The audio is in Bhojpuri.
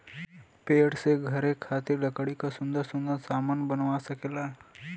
पेड़ से घरे खातिर लकड़ी क सुन्दर सुन्दर सामन बनवा सकेला